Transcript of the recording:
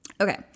Okay